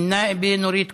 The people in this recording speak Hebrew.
א-נאאבה נורית קורן.